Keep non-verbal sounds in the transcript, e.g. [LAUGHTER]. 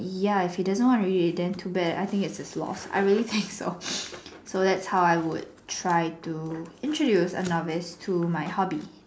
ya if he doesn't want to read it then too bad I think it's his loss I really think so [NOISE] so that's how I would try to introduce a novice to my hobby